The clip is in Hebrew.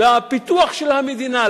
לפיתוח של המדינה,